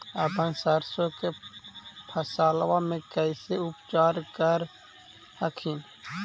अपन सरसो के फसल्बा मे कैसे उपचार कर हखिन?